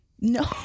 no